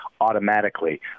automatically